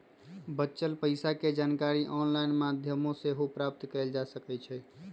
बच्चल पइसा के जानकारी ऑनलाइन माध्यमों से सेहो प्राप्त कएल जा सकैछइ